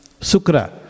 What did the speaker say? Sukra